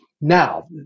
Now